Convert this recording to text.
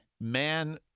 Man-